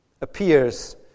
appears